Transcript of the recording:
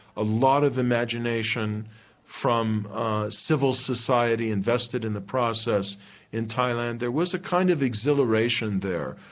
a lot of imagination from civil society invested in the process in thailand, there was a kind of exhilaration there,